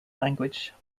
language